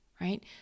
Right